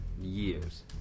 years